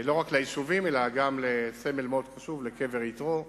לא רק ליישובים אלא גם לסמל מאוד חשוב, לקבר יתרו.